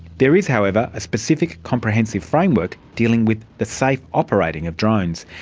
there is however a specific comprehensive framework dealing with the safe operating of drones.